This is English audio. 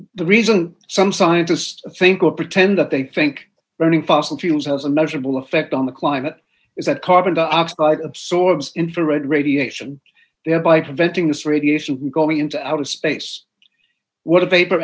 the reason some scientists think or pretend they think burning fossil fuels has a measurable effect on the climate is that carbon dioxide absorbs infrared radiation thereby preventing this radiation from going into outer space what a vap